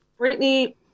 Britney